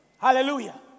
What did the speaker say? Hallelujah